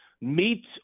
meet